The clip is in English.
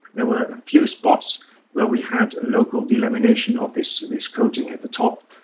there were a few spots where we had local delamination of this this coating at the top.